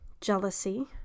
jealousy